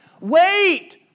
Wait